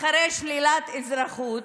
אחרי שלילת אזרחות,